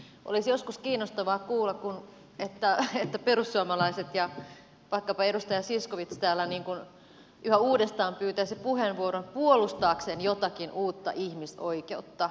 olisi joskus kiinnostavaa kuulla että perussuomalaiset ja vaikkapa edustaja zyskowicz täällä yhä uudestaan pyytäisivät puheenvuoron puolustaakseen jotakin uutta ihmisoikeutta